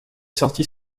sorties